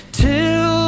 till